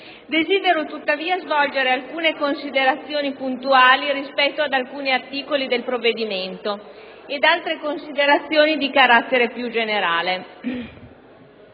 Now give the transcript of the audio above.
Desidero tuttavia svolgere alcune considerazioni puntuali rispetto a taluni articoli del provvedimento ed altre considerazioni di carattere più generale.